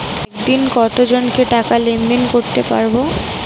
একদিন কত জনকে টাকা লেনদেন করতে পারবো?